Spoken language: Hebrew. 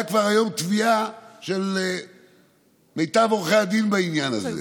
כבר הייתה היום תביעה של מיטב עורכי הדין בעניין הזה.